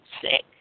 sick